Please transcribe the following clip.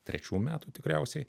trečių metų tikriausiai